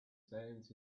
sounds